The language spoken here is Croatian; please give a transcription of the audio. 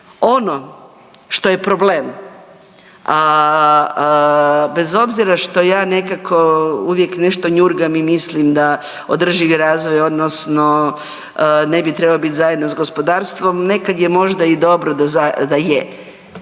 Ono što je problem, a bez obzira što ja nekako uvijek nešto njurgam i mislim da održivi razvoj odnosno ne bi trebao biti zajedno s gospodarstvom, nekad je možda i dobro da je.